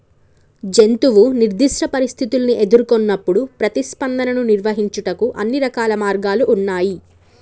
జంతువు నిర్దిష్ట పరిస్థితుల్ని ఎదురుకొన్నప్పుడు ప్రతిస్పందనను నిర్వహించుటకు అన్ని రకాల మార్గాలు ఉన్నాయి